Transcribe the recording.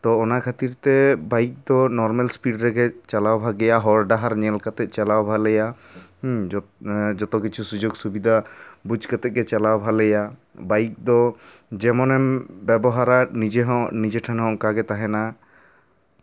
ᱛᱳ ᱚᱱᱟ ᱠᱷᱟᱹᱛᱤᱨ ᱛᱮ ᱵᱟᱭᱤᱠ ᱫᱚ ᱱᱚᱨᱢᱮᱞ ᱤᱥᱯᱤᱰ ᱨᱮᱜᱮ ᱪᱟᱞᱟᱣ ᱵᱷᱟᱜᱮᱭᱟ ᱦᱚᱨ ᱰᱟᱦᱟᱨ ᱧᱮᱞ ᱠᱟᱛᱮᱜ ᱪᱟᱞᱟᱣ ᱵᱷᱟᱜᱮᱭᱟ ᱦᱮᱸ ᱡᱚᱛᱚ ᱠᱤᱪᱷᱩ ᱥᱩᱡᱳᱜ ᱥᱩᱵᱤᱫᱷᱟ ᱵᱩᱡ ᱠᱟᱛᱮᱫ ᱜᱮ ᱪᱟᱞᱟᱣ ᱵᱷᱟᱜᱮᱭᱟ ᱵᱟᱭᱤᱠ ᱫᱚ ᱡᱮᱢᱚᱱ ᱮᱢ ᱵᱮᱵᱚᱦᱟᱨᱟ ᱱᱤᱡᱮ ᱦᱚᱸ ᱱᱤᱡᱮ ᱴᱷᱮᱱ ᱦᱚᱸ ᱚᱱᱠᱟ ᱜᱮ ᱛᱟᱦᱮᱸᱱᱟ